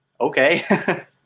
Okay